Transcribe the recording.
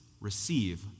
receive